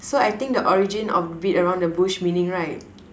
so I think the origin of beat around the bush meaning right